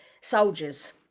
soldiers